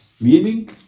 Meaning